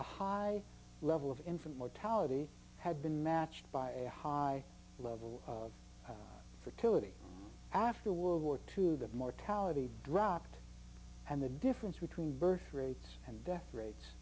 a high level of in from mortality had been matched by a high level of fertility after world war two that mortality dropped and the difference between birth rates and death rates